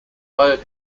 hired